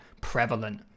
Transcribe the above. prevalent